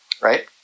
Right